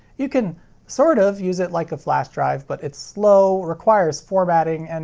you can sort of use it like a flash drive, but it's slow, requires formatting, and